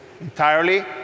entirely